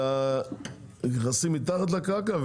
נכנסים מתחת לקרקע,